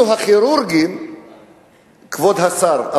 כבוד השר,